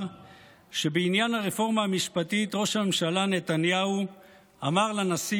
שבעניין הרפורמה המשפטית ראש הממשלה נתניהו אמר לנשיא